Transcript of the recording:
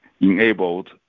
enabled